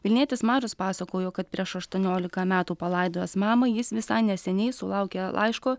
vilnietis marius pasakojo kad prieš aštuoniolika metų palaidojęs mamą jis visai neseniai sulaukė laiško